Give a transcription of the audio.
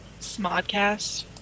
Smodcast